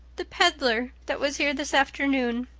the peddler that was here this afternoon.